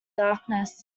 darkness